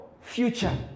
future